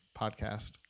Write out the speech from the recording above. podcast